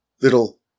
Little